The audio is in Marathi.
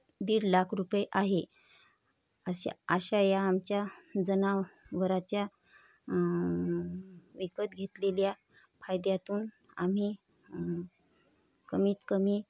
दीड लाख रुपये आहे अशा अशा या आमच्या जनावराच्या विकत घेतलेल्या फायद्यातून आम्ही कमीतकमी